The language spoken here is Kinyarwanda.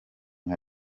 nka